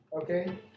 Okay